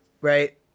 right